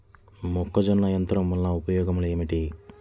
మొక్కజొన్న యంత్రం వలన ఉపయోగము ఏంటి?